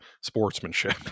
sportsmanship